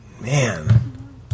Man